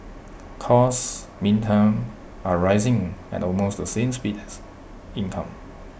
costs meantime are rising at almost the same speed as income